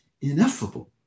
ineffable